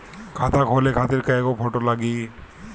खाता खोले खातिर कय गो फोटो लागी?